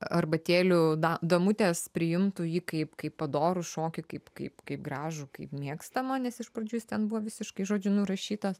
arbatėlių damutės priimtų jį kaip kaip padorų šokį kaip kaip kaip gražų kaip mėgstamą nes iš pradžių jis ten buvo visiškai žodžiu nurašytas